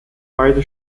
beide